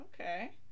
okay